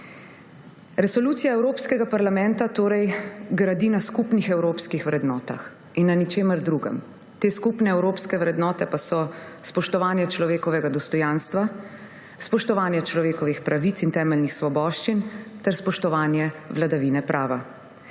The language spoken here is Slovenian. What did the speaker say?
Resolucija Evropskega parlamenta torej gradi na skupnih evropskih vrednotah in na ničemer drugem. Te skupne evropske vrednote pa so: spoštovanje človekovega dostojanstva, spoštovanje človekovih pravic in temeljnih svoboščin ter spoštovanje vladavine prava.